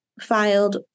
filed